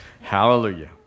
Hallelujah